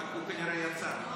אבל הוא כנראה יצא.